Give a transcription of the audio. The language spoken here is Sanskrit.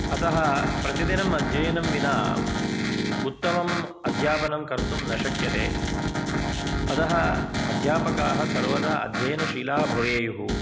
अतः प्रतिदिनम् अध्ययनं विना उत्तमम् अध्यापनं कर्तुं न शक्यते अतः अध्यापकाः सर्वदा अध्ययनशीलाः भवेयुः